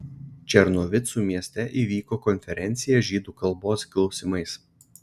černovicų mieste įvyko konferencija žydų kalbos klausimais